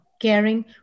caring